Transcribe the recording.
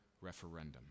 referendum